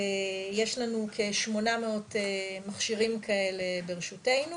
ויש לנו כ- 800 מכשירים כאלה ברשותנו.